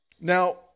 Now